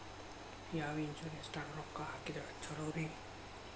ಯಾವ ಇನ್ಶೂರೆನ್ಸ್ ದಾಗ ರೊಕ್ಕ ಹಾಕಿದ್ರ ಛಲೋರಿ?